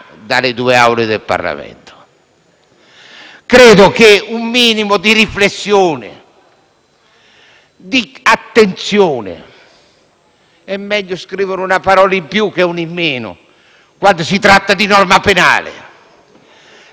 Credo che occorra un minimo di riflessione e di attenzione. È meglio scrivere una parola in più che una in meno, quando si tratta di norma penale. La certezza del precetto